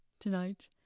tonight